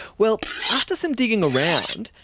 well, after some digging around,